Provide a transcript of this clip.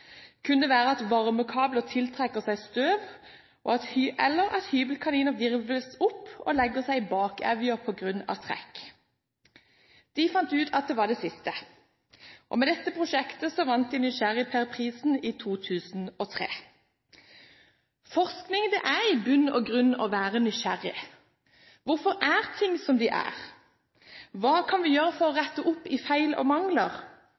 Kunne det være at varmekabler tiltrekker seg støv, eller at hybelkaniner virvles opp og legger seg i bakevjer på grunn av trekk? De fant ut at det var det siste. Med dette prosjektet vant de Nysgjerrigper-prisen i 2003. Forskning er i bunn og grunn å være nysgjerrig. Hvorfor er ting som de er? Hva kan vi gjøre for å rette opp feil og mangler?